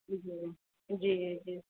जी जी जी